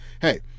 hey